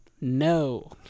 No